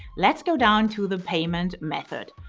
let's go down to the payment method.